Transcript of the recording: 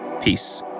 peace